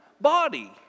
body